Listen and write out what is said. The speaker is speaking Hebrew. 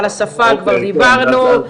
על השפה כבר דיברנו,